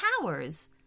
towers